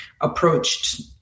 approached